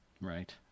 Right